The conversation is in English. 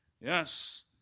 Yes